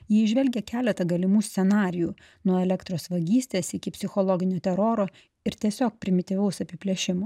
ji įžvelgė keletą galimų scenarijų nuo elektros vagystės iki psichologinio teroro ir tiesiog primityvaus apiplėšimo